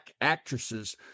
actresses